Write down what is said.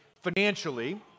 financially